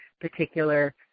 particular